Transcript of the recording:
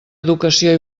educació